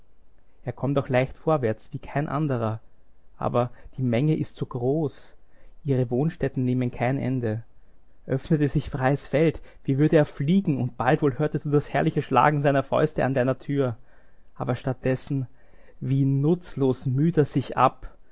er kommt auch leicht vorwärts wie kein anderer aber die menge ist so groß ihre wohnstätten nehmen kein ende öffnete sich freies feld wie würde er fliegen und bald wohl hörtest du das herrliche schlagen seiner fäuste an deiner tür aber statt dessen wie nutzlos müht er sich ab